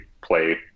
play